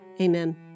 Amen